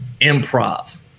improv